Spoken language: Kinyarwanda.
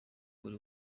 buri